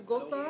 נגד, 7